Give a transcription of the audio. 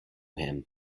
him